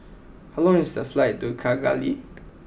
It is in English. how long is the flight to Kigali